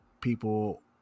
people